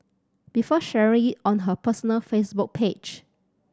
before sharing it on her personal Facebook page